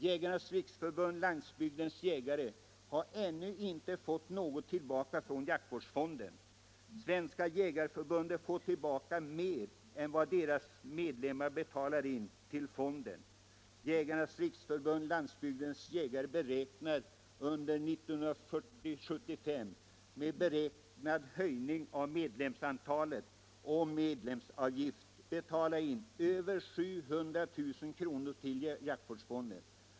Jägarnas riksförbund-Landsbygdens jägare har ännu inte fått någonting tillbaka från jaktvårdsfonden, medan Svenska jägareförbundet fått tillbaka mera än deras medlemmar betalat in till fonden. Jägarnas riksförbund-Landsbygdens jägare beräknar under 1975 med väntad höjning av medlemsantalet och medlemsavgiften betala in över 700 000 kr. till jaktvårdsfonden.